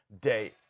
day